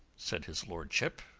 said his lordship,